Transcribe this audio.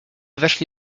weszli